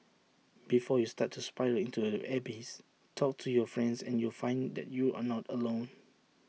before you start to spiral into the abyss talk to your friends and you'll find that you are not alone